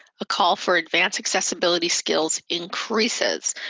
a call for advance accessibility skills increases.